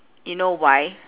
you know why